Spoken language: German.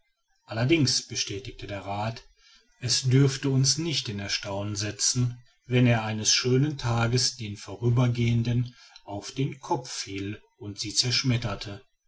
allerdings bestätigte der rath es dürfte uns nicht in erstaunen setzen wenn er eines schönen tages den vorübergehenden auf den kopf fiele und sie zerschmetterte